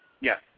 Yes